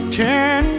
ten